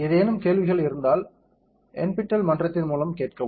ஏதேனும் கேள்விகள் இருந்தால் NPTEL மன்றத்தின் மூலம் கேட்கவும்